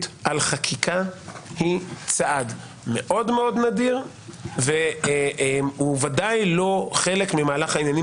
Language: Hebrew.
על חקיקה היא צעד מאוד מאוד נדיר והוא ודאי לא חלק ממהלך העניינים